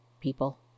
people